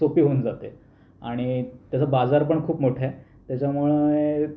सोपी होऊन जाते आणि त्याचा बाजार पण खूप मोठा आहे त्याच्यामुळं